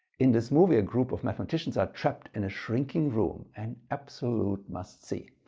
in this movie a group of mathematicians are trapped in a shrinking room. an absolute must see.